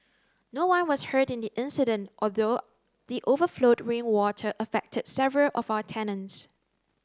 no one was hurt in the incident although the overflowed rainwater affected several of our tenants